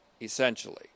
essentially